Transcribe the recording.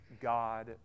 God